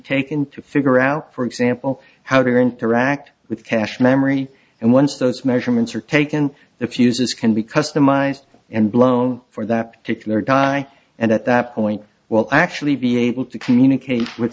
taken to figure out for example how to interact with cache memory and once those measurements are taken the fuses can be customized and blown for that particular guy and at that point will actually be able to communicate with